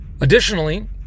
Additionally